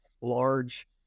large